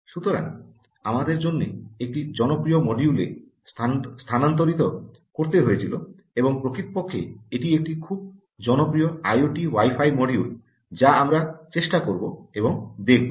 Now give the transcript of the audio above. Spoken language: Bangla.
সুতরাং আমাদের অন্য একটি জনপ্রিয় মডিউলে স্থানান্তরিত করতে হয়েছিল এবং প্রকৃতপক্ষে এটি একটি খুব জনপ্রিয় আইওটি ওয়াই ফাই মডিউল যা আমরা চেষ্টা করব এবং দেখব